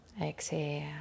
exhale